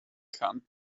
kann